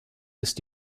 ist